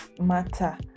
matter